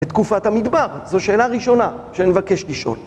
בתקופת המדבר, זו שאלה ראשונה שנבקש לשאול.